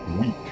weak